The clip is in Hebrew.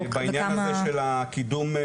בעניין הזה של קידום,